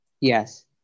Yes